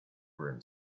room